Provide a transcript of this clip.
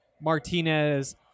Martinez